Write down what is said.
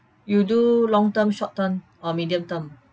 you do long term short term or medium term